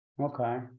Okay